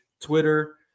Twitter